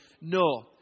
No